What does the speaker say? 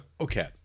Okay